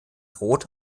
rot